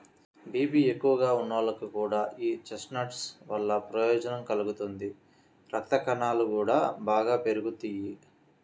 BP ఎక్కువగా ఉన్నోళ్లకి కూడా యీ చెస్ట్నట్స్ వల్ల ప్రయోజనం కలుగుతుంది, రక్తకణాలు గూడా బాగా పెరుగుతియ్యి